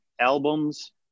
albums